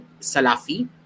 Salafi